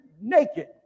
naked